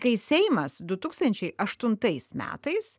kai seimas du tūkstančiai aštuntais metais